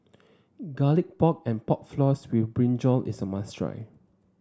Garlic Pork and Pork Floss with Brinjal is a must try